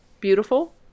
beautiful